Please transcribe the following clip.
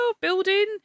building